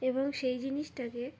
এবং সেই জিনিসটাকে